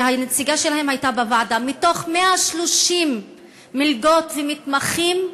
הנציגה שלהם הייתה בוועדה: מתוך 130 מלגות ומתמחים,